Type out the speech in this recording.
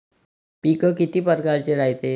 पिकं किती परकारचे रायते?